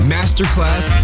Masterclass